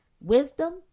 wisdom